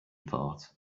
thought